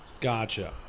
Gotcha